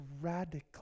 radically